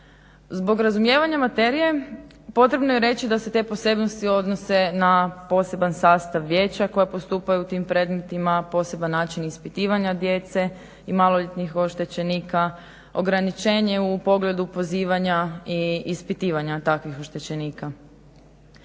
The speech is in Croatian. Zbog razumijevanja materije potrebno je reći da se te posebnosti odnose na poseban sastav vijeća koja postupaju u tim predmetima, poseban način ispitivanja djece i maloljetnih oštećenika, ograničenje u pogledu pozivanja i ispitivanja takvih oštećenika.